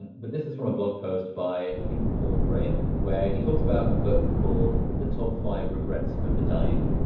but this is from a blog post by i think paul graham, where he talks about a book called the top five regrets of the dying,